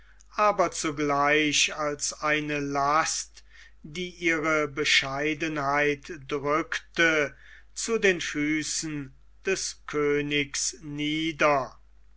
aber zugleich als eine last die ihre bescheidenheit drückte zu den füßen des königs